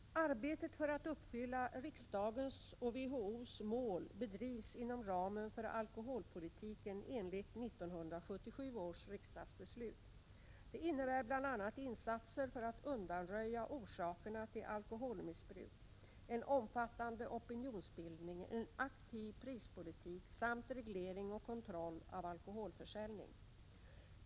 Arbetet för att uppfylla riksdagens och WHO:s mål bedrivs inom ramen för alkoholpolitiken enligt 1977 års riksdagsbeslut. Det innebär bl.a. insatser för att undanröja orsakerna till alkoholmissbruk, en omfattande opinionsbildning, en aktiv prispolitik samt reglering och kontroll av alkoholförsäljning.